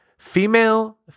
Female